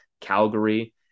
Calgary